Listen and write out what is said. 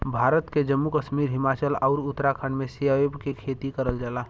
भारत के जम्मू कश्मीर, हिमाचल आउर उत्तराखंड में सेब के खेती करल जाला